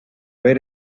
ver